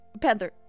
panther